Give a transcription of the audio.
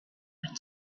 would